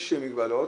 יש מגבלות,